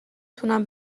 تونم